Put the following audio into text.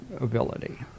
ability